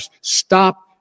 Stop